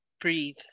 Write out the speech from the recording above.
Breathe